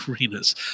arenas